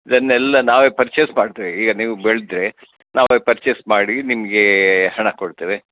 ಅದನ್ನೆಲ್ಲ ನಾವೇ ಪರ್ಚೆಸ್ ಮಾಡ್ತೇವೆ ಈಗ ನೀವು ಬೆಳೆದ್ರೆ ನಾವೇ ಪರ್ಚೆಸ್ ಮಾಡಿ ನಿಮಗೆ ಹಣ ಕೊಡ್ತೇವೆ